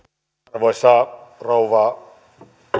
arvoisa rouva